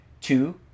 Two